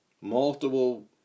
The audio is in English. multiple